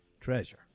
treasure